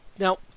Now